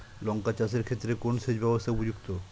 লঙ্কা চাষের ক্ষেত্রে কোন সেচব্যবস্থা উপযুক্ত?